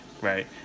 right